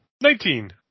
Nineteen